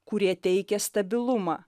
kurie teikia stabilumą